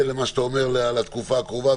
ומה שאתה אומר לתקופה הקרובה,